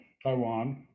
Taiwan